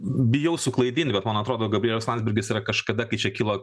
bijau suklaidint bet man atrodo gabrielius landsbergis yra kažkada kai čia kilo